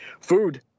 food